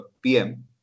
PM